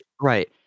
Right